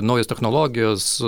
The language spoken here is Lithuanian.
naujos technologijos